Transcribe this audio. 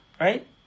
right